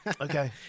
okay